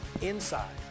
inside